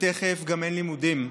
ותכף גם אין לימודים.